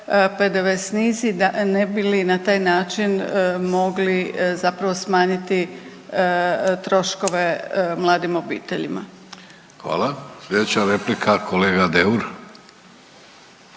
PDV snizi ne bili na taj način mogli zapravo smanjiti troškove mladim obiteljima. **Vidović, Davorko